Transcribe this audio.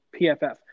PFF